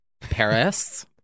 Paris